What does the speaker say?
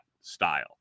style